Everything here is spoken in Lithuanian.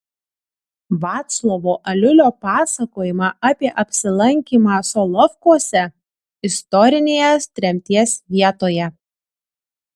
vaclovo aliulio pasakojimą apie apsilankymą solovkuose istorinėje tremties vietoje